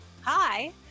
hi